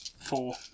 Four